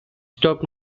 stop